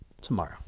tomorrow